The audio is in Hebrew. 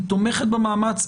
היא תומכת במאמץ,